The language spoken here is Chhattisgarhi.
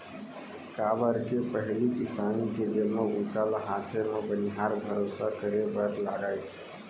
काबर के पहिली किसानी के जम्मो बूता ल हाथे म बनिहार भरोसा करे बर लागय